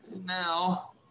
now